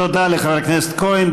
תודה לחבר הכנסת כהן.